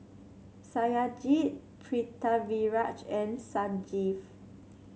Satyajit Pritiviraj and Sanjeev